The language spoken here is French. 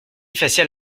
facial